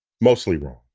mostly wrong.